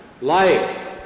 Life